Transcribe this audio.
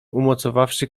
umocowawszy